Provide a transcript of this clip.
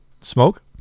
Smoke